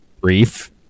brief